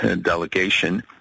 delegation